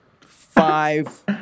Five